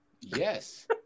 Yes